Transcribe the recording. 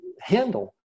handle